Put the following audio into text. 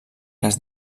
cas